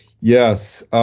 Yes